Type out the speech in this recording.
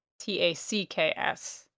T-A-C-K-S